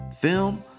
film